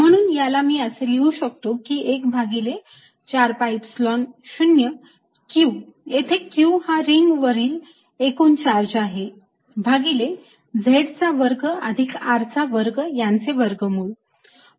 म्हणून याला मी असे देखील लिहू शकतो की 1 भागिले 4 pi epsilon 0 Q येथे Q हा रिंग वरील एकूण चार्ज आहे भागिले z चा वर्ग अधिक r चा वर्ग यांचे वर्गमूळ